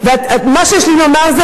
נפלתם על הראש?